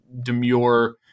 demure